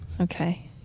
Okay